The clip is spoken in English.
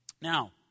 Now